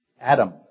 Adam